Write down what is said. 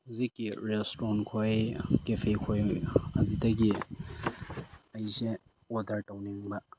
ꯍꯧꯖꯤꯛꯀꯤ ꯔꯦꯁꯇꯨꯔꯦꯟ ꯈꯣꯏ ꯀꯦꯐꯦ ꯈꯣꯏ ꯑꯗꯨꯗꯒꯤ ꯑꯩꯁꯦ ꯑꯣꯔꯗꯔ ꯇꯧꯅꯤꯡꯕ